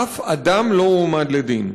אף אדם לא הועמד לדין.